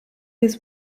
his